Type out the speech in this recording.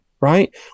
right